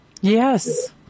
Yes